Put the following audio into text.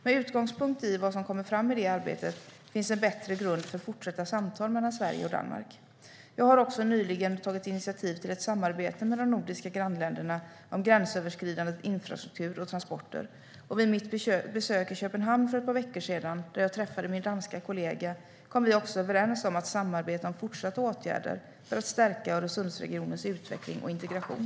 Med utgångspunkt i vad som kommer fram i det arbetet finns en bättre grund för fortsatta samtal mellan Sverige och Danmark. Jag har nyligen tagit initiativ till ett samarbete med de nordiska grannländerna om gränsöverskridande infrastruktur och transporter. Vid mitt besök i Köpenhamn för ett par veckor sedan, då jag träffade min danske kollega, kom vi också överens om att samarbeta om fortsatta åtgärder för att stärka Öresundsregionens utveckling och integration.